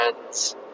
friends